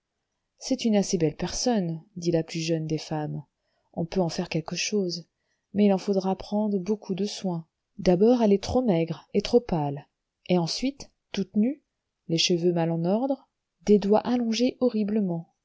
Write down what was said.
c'est une assez belle personne dit la plus jeune des femmes on peut en faire quelque chose mais il en faudra prendre beaucoup de soin d'abord elle est trop maigre et trop pâle et ensuite toute nue les cheveux mal en ordre des doigts allongés horriblement